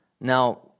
Now